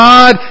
God